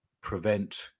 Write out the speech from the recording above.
prevent